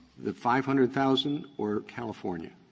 the five hundred thousand or california?